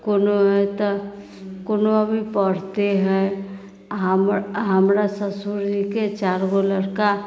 कोनो हइ तऽ कोनो अभी पढ़िते हइ आ हमर हमरा हमरा ससुरजीके चारि गो लड़का